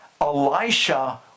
Elisha